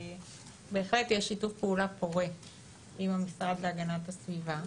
בהחלט יש שיתוף פעולה פורה עם המשרד להגנת הסביבה.